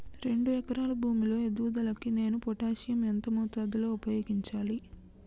రెండు ఎకరాల భూమి లో ఎదుగుదలకి నేను పొటాషియం ఎంత మోతాదు లో ఉపయోగించాలి?